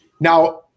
Now